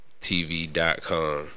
tv.com